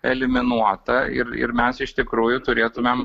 eliminuota ir ir mes iš tikrųjų turėtumėm